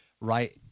Right